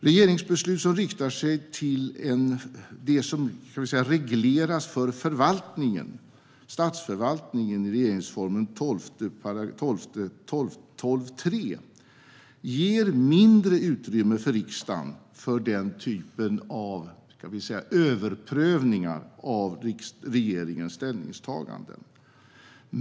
Regeringsbeslut som riktar sig till det som regleras för statsförvaltningen, i 12 kap. 3 § regeringsformen, ger mindre utrymme för riksdagen för den typen av överprövningar av regeringens ställningstagande.